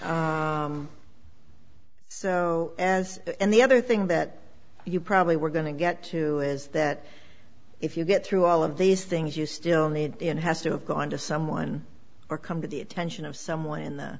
so as in the other thing that you probably were going to get to is that if you get through all of these things you still need it has to have gone to someone or come to the attention of someone in the